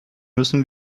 müssen